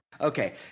Okay